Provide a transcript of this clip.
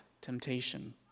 temptation